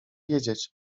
wiedzieć